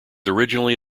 originally